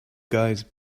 guys